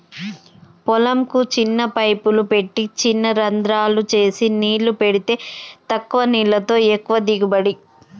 పొలం కు చిన్న పైపులు పెట్టి చిన రంద్రాలు చేసి నీళ్లు పెడితే తక్కువ నీళ్లతో ఎక్కువ దిగుబడి